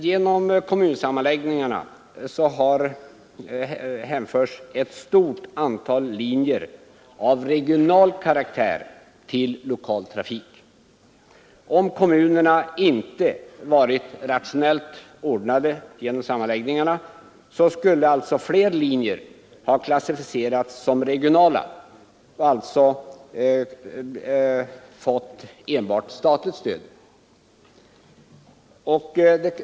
Genom kommunsammanläggningarna hänförs ett stort antal linjer av regional karaktär till lokal trafik. Om kommunerna inte varit rationellt ordnade genom sammanläggningarna, skulle fler linjer ha klassificerats som regionala och alltså fått enbart statligt stöd.